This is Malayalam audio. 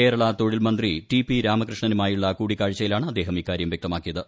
കേരള തൊഴിൽ മന്ത്രി ടി പി രാമകൃഷ്ണനുമായുള്ള കൂടിക്കാഴ്ചയിലാണ് അദ്ദേഹം ഇക്കാര്യം വ്യക്തമാക്കിയത്